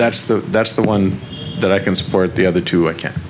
that's the that's the one that i can support the other two